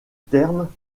terme